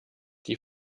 die